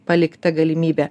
palikta galimybė